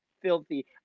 filthy